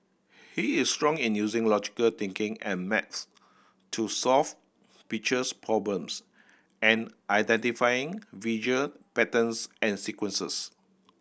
he is strong in using logical thinking and maths to solve pictures problems and identifying visual patterns and sequences